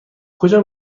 کجا